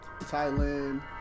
Thailand